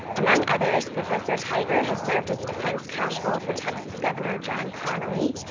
among others professor tigar has served as defense counsel for texas governor john connelly,